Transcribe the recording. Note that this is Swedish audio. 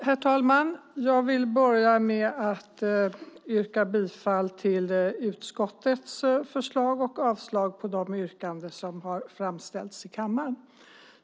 Herr talman! Jag vill börja med att yrka bifall till utskottets förslag och avslag på de yrkanden som har framställts i kammaren.